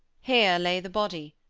here lay the body.